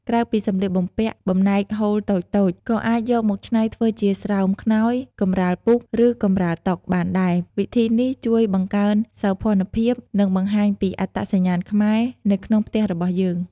ក្រៅពីសម្លៀកបំពាក់ បំណែកហូលតូចៗ ក៏អាចយកមកច្នៃធ្វើជា ស្រោមខ្នើយ កម្រាលពូក ឬកម្រាលតុ បានដែរ វិធីនេះជួយបង្កើន សោភ័ណភាព និងបង្ហាញពី អត្តសញ្ញាណខ្មែរ នៅក្នុងផ្ទះរបស់យើង។